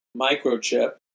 microchip